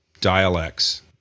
dialects